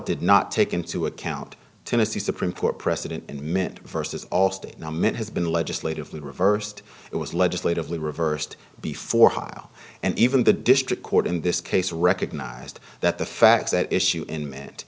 did not take into account tennessee supreme court precedent and meant versus all state now mitt has been legislatively reversed it was legislatively reversed before heil and even the district court in this case recognized that the facts at issue in me